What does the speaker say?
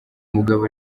mugabo